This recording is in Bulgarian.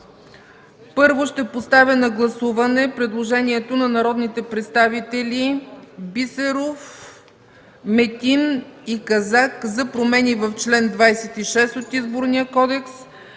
Първо, поставям на гласуване предложението на народните представители Хр. Бисеров, М. Метин и Ч. Казак за промени в чл. 26 от Изборния кодекс